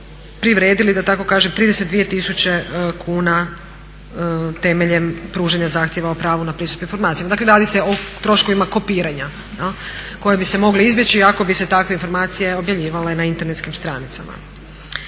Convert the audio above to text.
privredili da tako kažem, 32 tisuće kuna temeljem pružanja zahtjeva o pravu na pristup informacijama. Dakle radi se o troškovima kopiranja koje bi se mogle izbjeći ako bi se takve informacije objavljivale na internetskim stranicama.